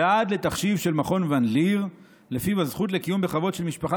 ועד לתחשיב של מכון ון ליר שלפיו הזכות לקיום בכבוד של משפחה